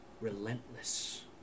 Relentless